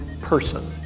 person